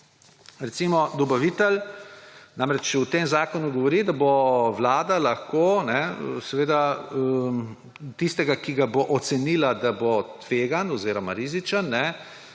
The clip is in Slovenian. recimo dobavitelj ‒ namreč v tem zakonu govori, da bo vlada lahko tistega, ki ga bo ocenila, da bo tvegan oziroma rizičen,